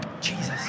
Jesus